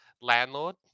landlord